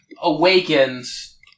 awakens